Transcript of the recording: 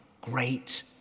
great